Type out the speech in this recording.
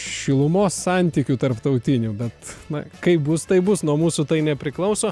šilumos santykių tarptautinių bet na kaip bus taip bus nuo mūsų tai nepriklauso